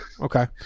Okay